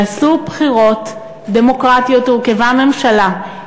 נעשו בחירות דמוקרטיות, הורכבה ממשלה.